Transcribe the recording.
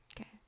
okay